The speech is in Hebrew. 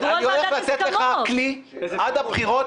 אני הולך לתת לך כלי עד הבחירות,